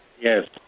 Yes